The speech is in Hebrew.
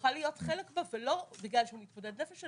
שיוכל להיות חלק בה ולא בגלל שהוא מתמודד נפש,